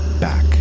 back